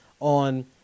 on